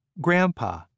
grandpa